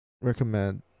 recommend